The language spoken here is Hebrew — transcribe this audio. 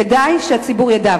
כדאי שהציבור ידע.